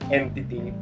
entity